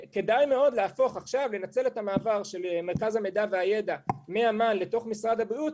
כדאי מאוד לנצל את המעבר של מרכז המידע והידע מאמ"ן לתוך משרד הבריאות,